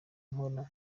mpora